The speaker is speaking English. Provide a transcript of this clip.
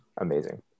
amazing